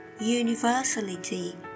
universality